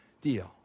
deal